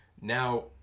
now